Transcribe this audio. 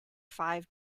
five